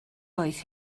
oedd